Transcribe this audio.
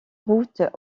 route